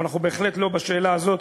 אבל אנחנו בהחלט לא בשאלה הזאת,